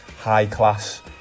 high-class